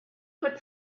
could